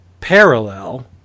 parallel